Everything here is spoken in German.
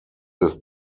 des